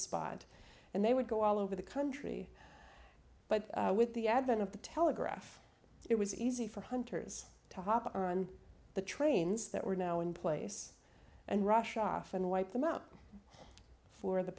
spot and they would go all over the country but with the advent of the telegraph it was easy for hunters to hop on the trains that were now in place and rush off and wipe them out for the